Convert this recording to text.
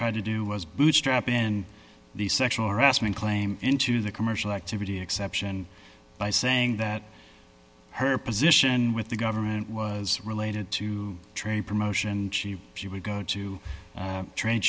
trying to do was bootstrap in the sexual harassment claim into the commercial activity exception by saying that her position with the government was related to trade promotion and she she would go to trade